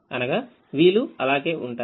అనగా v లు అలాగే ఉంటాయి